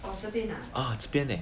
ah 这边 leh